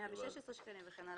116 שקלים, וכן הלאה.